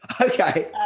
okay